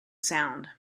sound